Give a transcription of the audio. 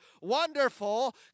Wonderful